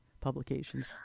publications